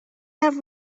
have